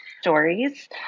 stories